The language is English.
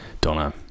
donna